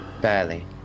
Barely